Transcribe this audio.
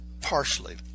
partially